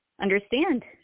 understand